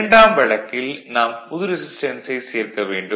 இரண்டாம் வழக்கில் நாம் புது ரெசிஸ்டன்ஸை சேர்க்க வேண்டும்